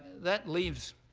that leaves,